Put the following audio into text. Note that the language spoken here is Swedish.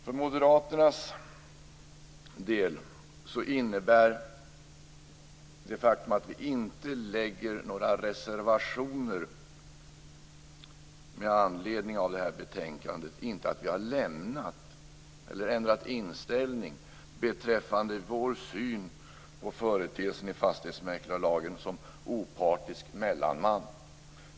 För moderaternas del innebär det faktum att vi inte avger några reservationer till betänkandet inte att vi har ändrat inställning när det gäller vår syn på företeelsen "opartisk mellanman" i fastighetsmäklarlagen.